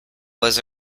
was